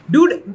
Dude